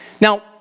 Now